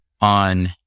on